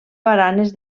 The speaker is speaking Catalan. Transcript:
baranes